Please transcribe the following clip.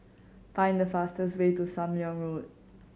find the fastest way to Sam Leong Road